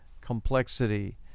complexity